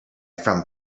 from